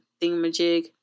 thingamajig